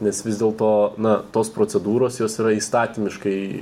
nes vis dėlto na tos procedūros jos yra įstatymiškai